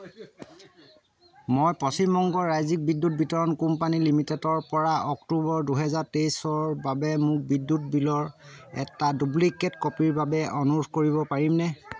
মই পশ্চিম বংগ ৰাজ্যিক বিদ্যুৎ বিতৰণ কোম্পানী লিমিটেডৰপৰা অক্টোবৰ দুহেজাৰ তেইছৰ বাবে মোৰ বিদ্যুৎ বিলৰ এটা ডুপ্লিকেট কপিৰ বাবে অনুৰোধ কৰিব পাৰিমনে